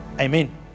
amen